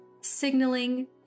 signaling